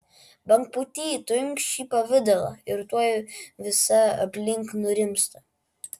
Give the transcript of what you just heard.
bangpūty tu imk šį pavidalą ir tuoj visa aplink nurimsta